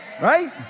Right